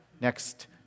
next